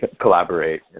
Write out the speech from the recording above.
collaborate